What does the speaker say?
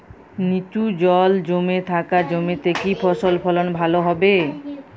নিচু জল জমে থাকা জমিতে কি ফসল ফলন ভালো হবে?